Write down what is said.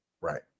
right